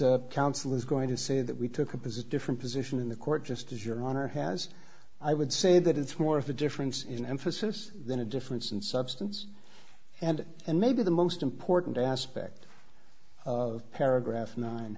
that counsel is going to say that we took opposite different position in the court just as your honor has i would say that it's more of a difference in emphasis than a difference in substance and and maybe the most important aspect of paragraph nine